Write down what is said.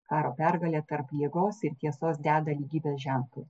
karo pergalė tarp jėgos ir tiesos deda lygybės ženklą